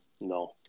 no